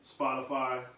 Spotify